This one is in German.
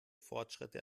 fortschritte